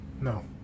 no